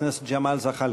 חבר הכנסת ג'מאל זחאלקה.